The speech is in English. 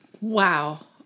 Wow